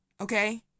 Okay